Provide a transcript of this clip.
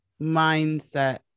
mindset